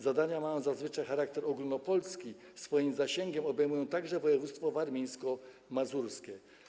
Zadania mają zazwyczaj charakter ogólnopolski, swoim zasięgiem obejmują także województwo warmińsko-mazurskie.